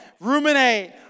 ruminate